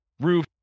roof